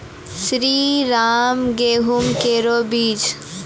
श्रीराम गेहूँ केरो बीज?